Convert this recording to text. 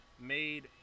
made